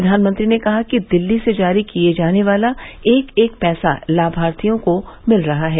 प्रधानमंत्री ने कहा कि दिल्ली से जारी किए जाने वाला एक एक पैसा लाभार्थियों को मिल रहा है